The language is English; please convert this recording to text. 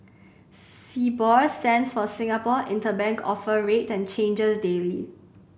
Sibor stands for Singapore Interbank Offer Rate and changes daily